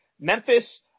Memphis